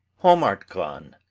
home art gone,